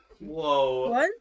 Whoa